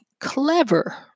clever